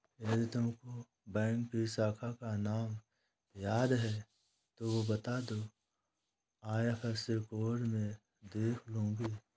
यदि तुमको बैंक की शाखा का नाम याद है तो वो बता दो, आई.एफ.एस.सी कोड में देख लूंगी